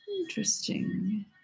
Interesting